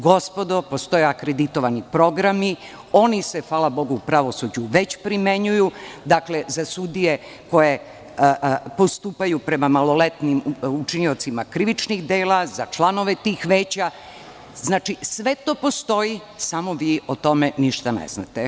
Gospodo, postoje akreditovani programi, oni se hvala Bogu, u pravosuđu već primenjuju, dakle za sudije koje postupaju prema maloletnim učiniocima krivičnih dela, za članove tih veća, znači sve to postoji, samo vi o tome ništa ne znate.